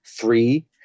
three